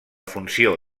funció